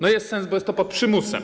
No jest sens, bo jest to pod przymusem.